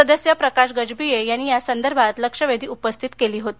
सदस्य प्रकाश गजभिये यांनी यासंदर्भात लक्षवेधी उपस्थित केली होती